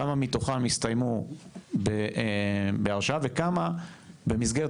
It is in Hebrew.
כמה מתוכם הסתיימו בהרשעה וכמה במסגרת